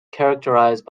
characterized